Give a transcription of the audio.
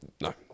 no